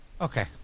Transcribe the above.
okay